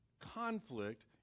conflict